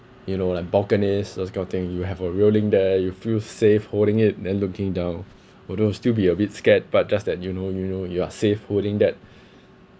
you know like balconies all this kind of thing you have a railing there you feel safe holding it then looking down although you'll still be a bit scared but just that you know you know you are safe holding that